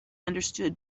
understood